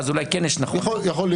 ואז אולי כן יש --- יכול להיות.